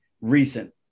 recent